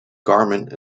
garment